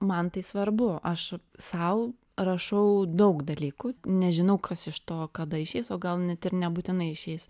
man tai svarbu aš sau rašau daug dalykų nežinau kas iš to kada išeis o gal net ir nebūtinai išeis